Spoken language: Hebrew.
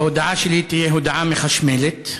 ההודעה שלי תהיה הודעה מחשמלת.